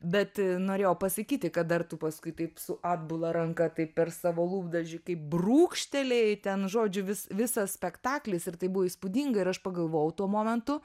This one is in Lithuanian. bet norėjau pasakyti kad dar tu paskui taip su atbula ranka tai per savo lūpdažį kai brūkštelėjai ten žodžiu vis visas spektaklis ir tai buvo įspūdinga ir aš pagalvojau tuo momentu